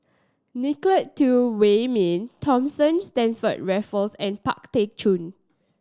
Nicolette Teo Wei Min Thomas Stamford Raffles and Pang Teck Joon